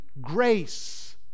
grace